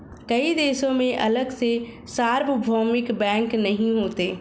कई देशों में अलग से सार्वभौमिक बैंक नहीं होते